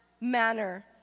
manner